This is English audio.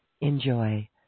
enjoy